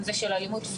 בין אם זה אלימות פיזית,